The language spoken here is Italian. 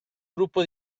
gruppo